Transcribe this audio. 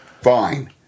Fine